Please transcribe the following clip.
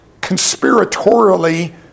conspiratorially